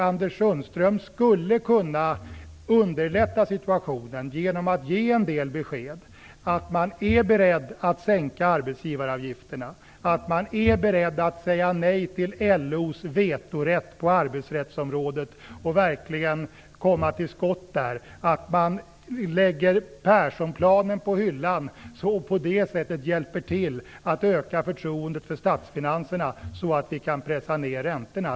Anders Sundström skulle kunna underlätta situationen genom att ge en del besked: att man är beredd att sänka arbetsgivaravgifterna, att man är beredd att säga nej till LO:s vetorätt på arbetsrättsområdet och verkligen komma till skott där, att man lägger Perssonplanen på hyllan och på det sätter hjälper till att öka förtroendet för statsfinanserna så att vi kan pressa ned räntorna.